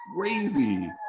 Crazy